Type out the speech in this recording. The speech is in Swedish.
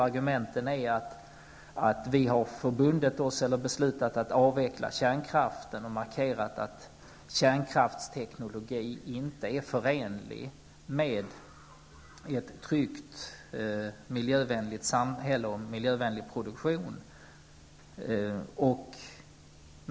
Argumenten är att vi har beslutat att avveckla kärnkraften och att vi har markerat att kärnkraftsteknologi inte är förenlig med ett tryggt, miljövänligt samhälle och en miljövänlig produktion.